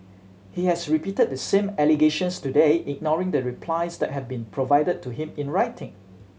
he has repeated the same allegations today ignoring the replies that have been provided to him in writing